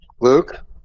Luke